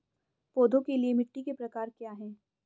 पौधों के लिए मिट्टी के प्रकार क्या हैं?